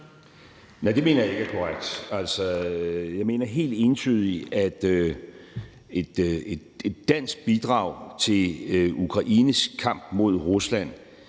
Nej, det mener jeg ikke er korrekt. Jeg mener helt entydigt, at et dansk bidrag til Ukraines kamp mod Rusland